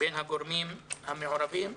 בין הגורמים המעורבים.